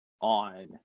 on